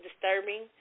disturbing